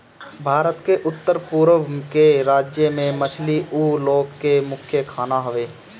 भारत के उत्तर पूरब के राज्य में मछली उ लोग के मुख्य खाना हवे